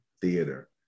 theater